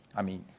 i mean,